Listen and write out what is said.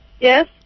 Yes